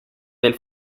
del